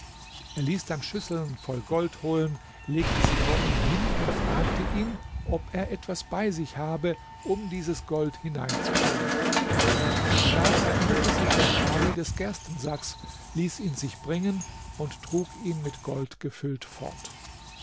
er ließ dann schüsseln voll gold holen legte sie vor ihn hin und fragte ihn ob er etwas bei sich habe um dieses gold hineinzutun da erinnerte sich der kadhi des gerstensacks ließ ihn sich bringen und trug ihn mit gold gefüllt fort